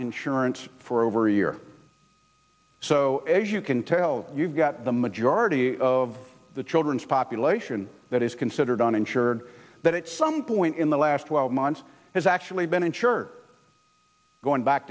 insurance for over a year so as you can tell you've got the majority of the children's population that is considered uninsured that it's some point in the last twelve months has actually been insured going back